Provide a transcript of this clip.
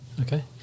okay